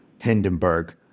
hindenburg